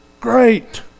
great